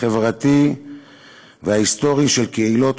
החברתי וההיסטורי של קהילות